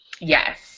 Yes